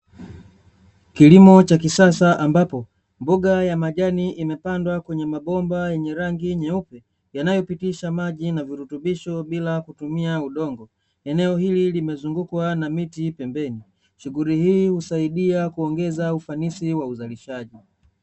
Kilimo cha kisasa ambapo mboga ya majani imepandwa kwenye mabomba yenye rangi nyeupe yanayopitisha maji na virutubisho bila kutumia udongo, eneo hili limezungukwa na miti pembeni, shughuli hii husaidia kuongeza ufanisi wa uzalishaji.